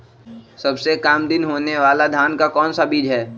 सबसे काम दिन होने वाला धान का कौन सा बीज हैँ?